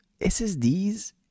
ssds